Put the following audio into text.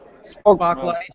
Spotlight